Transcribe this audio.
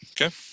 Okay